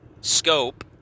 scope